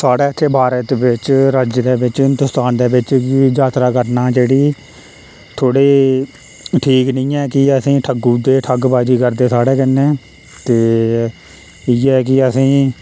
साढ़ै इत्थे भारत बिच्च राज्य दे बिच्च हिंदोस्तान दे बिच्च जी यात्रा करना जेह्ड़ी थोह्ड़ी ठीक नी ऐ की के असेेंगी ठगु ओड़दे ठगबाजी करदे साढ़े कन्नै ते इ'यै कि असेंई